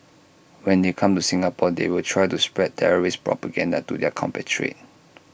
when they come to Singapore they will try to spread terrorist propaganda to their compatriots